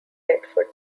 deptford